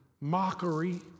mockery